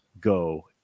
go